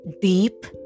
deep